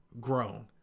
grown